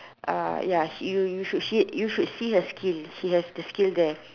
uh ya you you should you should see her skill she has the skill there